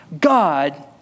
God